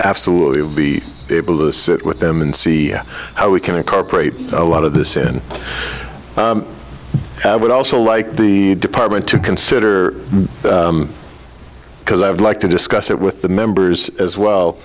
absolutely be able to sit with them and see how we can incorporate a lot of this in i would also like the department to consider because i'd like to discuss it with the members as well